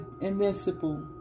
invincible